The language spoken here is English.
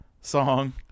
song